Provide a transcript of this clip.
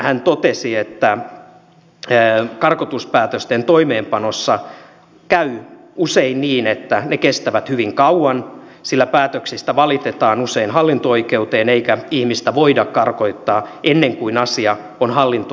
hän totesi että karkotuspäätösten toimeenpanossa käy usein niin että ne kestävät hyvin kauan sillä päätöksistä valitetaan usein hallinto oikeuteen eikä ihmistä voida karkottaa ennen kuin asia on hallinto oikeudessa käsitelty